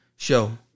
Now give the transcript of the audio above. Show